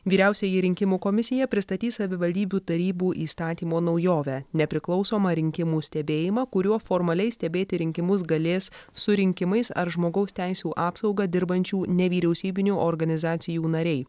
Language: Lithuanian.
vyriausioji rinkimų komisija pristatys savivaldybių tarybų įstatymo naujovę nepriklausomą rinkimų stebėjimą kuriuo formaliai stebėti rinkimus galės su rinkimais ar žmogaus teisių apsauga dirbančių nevyriausybinių organizacijų nariai